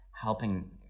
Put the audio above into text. helping